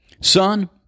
Son